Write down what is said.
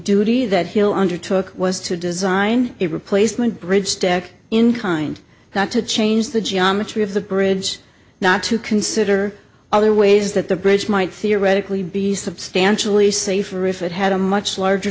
duty that he'll undertook was to design a replacement bridge stack in kind not to change the geometry of the bridge not to consider other ways that the bridge might theoretically be substantially safer if it had a much larger